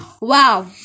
Wow